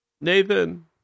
Nathan